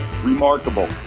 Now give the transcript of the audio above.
Remarkable